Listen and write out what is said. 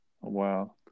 Wow